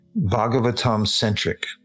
Bhagavatam-centric